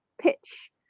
pitch